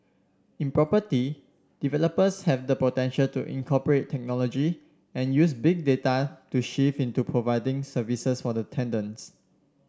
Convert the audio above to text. in property developers have the potential to incorporate technology and use Big Data to shift into providing services for the tenants